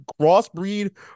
crossbreed